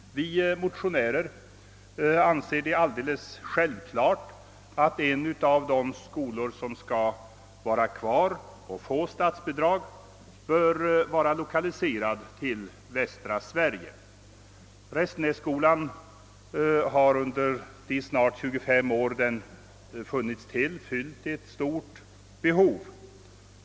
Vi motionärer anser det alldeles klart att en av de skolor som skall vara kvar och få statsbidrag bör vara lokaliserad till Västsverige. Restenässkolan har under de snart 25 år den funnits till fyllt ett stort behov.